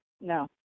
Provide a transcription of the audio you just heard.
No